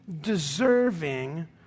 deserving